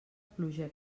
pluja